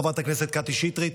חברת הכנסת קטי שטרית?